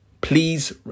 please